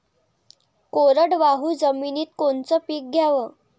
कोरडवाहू जमिनीत कोनचं पीक घ्याव?